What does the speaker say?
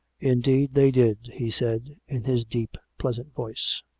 indeed they did, he said in his deep, pleasant voice.